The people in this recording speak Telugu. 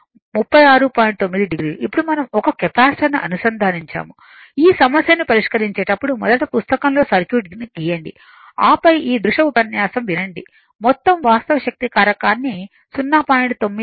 9 o ఇప్పుడు మనం ఒక కెపాసిటర్ను అనుసంధానించాము ఈ సమస్యను పరిష్కరించేటప్పుడు మొదట పుస్తకంలో సర్క్యూట్ను గీయండి ఆపై ఈ దృశ్య ఉపన్యాసం వినండి మొత్తం వాస్తవ శక్తి కారకాన్ని 0